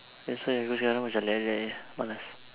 that's why aku sekarang macam rilek rilek jer malas